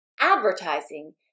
advertising